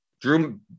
Drew